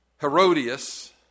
Herodias